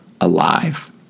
alive